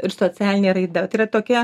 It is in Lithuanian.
ir socialinė raida tai yra tokia